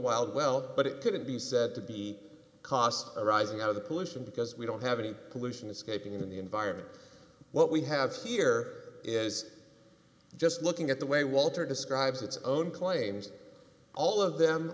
wild well but it couldn't be said to be cost arising out of the pollution because we don't have any pollution escaping the environment what we have here is just looking at the way walter describes its own claims all of them